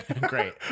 Great